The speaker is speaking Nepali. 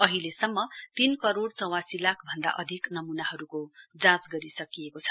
अहिलेसम्म तीन करोड़ चौवालिस लाख भन्दा अधिक नमूनाहरूको जाँच गरिसकिएको छ